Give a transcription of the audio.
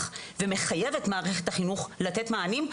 ומחייב את מערכת החינוך לתת מענים,